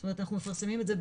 זאת אומרת אנחנו מפרסמים את זה,